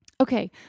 Okay